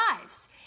lives